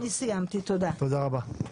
תודה רבה .